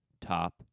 top